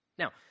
Now